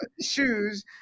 shoes